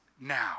now